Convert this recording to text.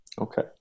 Okay